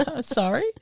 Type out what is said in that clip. Sorry